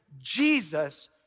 Jesus